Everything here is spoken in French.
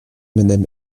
madame